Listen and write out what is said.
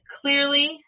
clearly